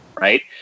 Right